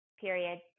period